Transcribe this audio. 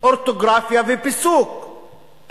אורתוגרפיה ופיסוק,